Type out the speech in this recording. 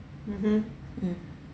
mm